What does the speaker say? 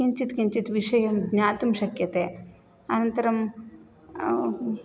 किञ्चित् किञ्चित् विषयं ज्ञातुं शक्यते अनन्तरं